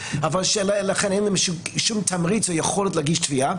לכן אין שום תמריץ ויכולת להגיש תביעה